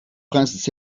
princes